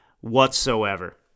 whatsoever